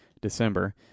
december